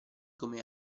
come